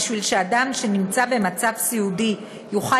בשביל שאדם שנמצא במצב סיעודי יוכל